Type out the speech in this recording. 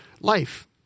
life